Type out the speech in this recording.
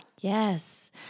Yes